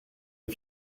des